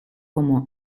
como